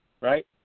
right